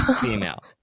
female